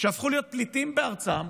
שהפכו להיות פליטים בארצם,